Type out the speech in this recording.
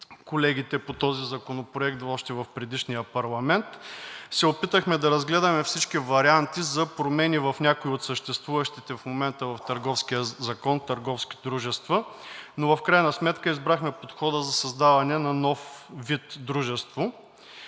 колегите по този законопроект още в предишния парламент, се опитахме да разгледаме всички варианти за промени в някои от съществуващите в момента в Търговския закон търговски дружества, но в крайна сметка избрахме подхода за създаване на нов вид дружество.